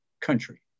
country